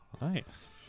Nice